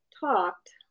talked